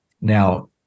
Now